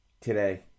Today